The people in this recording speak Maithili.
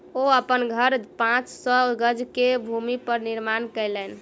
ओ अपन घर पांच सौ गज के भूमि पर निर्माण केलैन